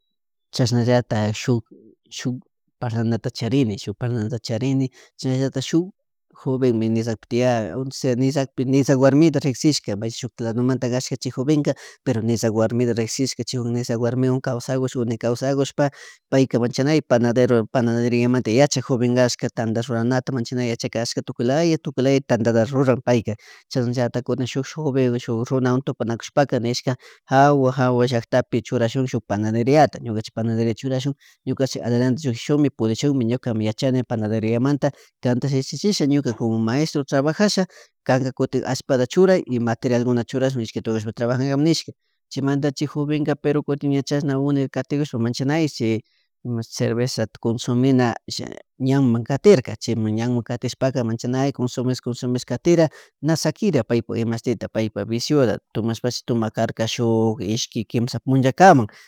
Chashnalaltak shuk shuk parlanata charini shuk, parlanata charini shuk, chasnallatik shuk jovenmi Nizagpi tian osea Nizahg warmita rikshika mayshituik lado manta cashka chay jovenka pero Nizag warita rikshishka chaywan Nizag warmiwan Kawasachush kawsakushpa payka manchanay panadero panaderiyamanta yachak joven cashka tantata rurana maychanay yachaychashka tukuylaya tukuylaya tantata ruran payka chashnalaltak kunan shuk joven shuk runawan tupanakushpaka nishka jawa jawa llaktapi churashun shuk panaderiayata ñucanchik shuk panaderiyata churashun ñukanchik adelante llukshishunmi pudishunmi ñukami yachani panaderiamanta cantashi yachachisha ñuka como maestro trabajasha kanka cutin ashpa ta churay y materialkunata churashun ishkitushpa trabajankapak nishka chaymanta chay jovenka pero kutin ña chashna uni catikushoa manchanayshi imashito cervezaqta comsumina shina ñanman katirka chaymun ñanman katishpaka manchanay consumish consumish karira na sakira pay puk imashtitita pay puk visiota tomashpapish tumak karka shuk ishki kimsa punllakama